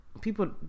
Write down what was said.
people